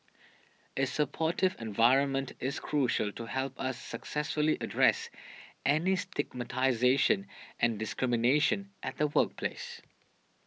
a supportive environment is crucial to help us successfully address any stigmatisation and discrimination at the workplace